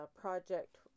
project